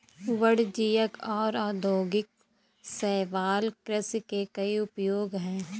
वाणिज्यिक और औद्योगिक शैवाल कृषि के कई उपयोग हैं